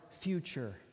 future